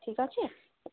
ঠিক আছে